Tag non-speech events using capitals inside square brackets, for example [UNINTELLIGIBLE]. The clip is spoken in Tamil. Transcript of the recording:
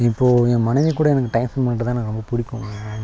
இப்போது என் மனைவி கூட எனக்கு டைம் ஸ்பெண்ட் பண்றதுதான் எனக்கு ரொம்பப் பிடிக்கும் [UNINTELLIGIBLE]